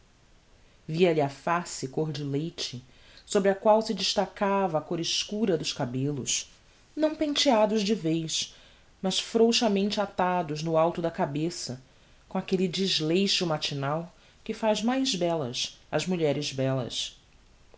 antiga via-lhe a face côr de leite sobre a qual se destacava a côr escura dos cabellos não penteados de vez mas frouxamente atados no alto da cabeça com aquelle deleixo matinal que faz mais bellas as mulheres bellas